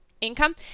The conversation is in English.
income